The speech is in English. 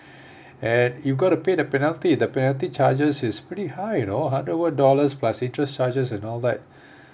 and you've got to pay the penalty the penalty charges is pretty high you know hundred over dollars plus interest charges and all that